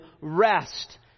rest